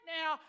now